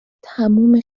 تموم